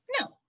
No